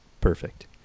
perfect